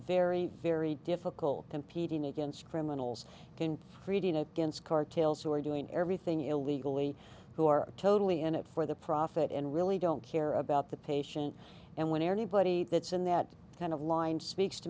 very very difficult competing against criminals can reading against cartels who are doing everything illegally who are totally in it for the profit and really don't care about the patient and when anybody that's in that kind of line speaks to